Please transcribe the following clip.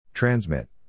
Transmit